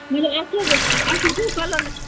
مگر اَتھ کیٛاہ حظ اَتھ کیٛاہ حظ کَلَر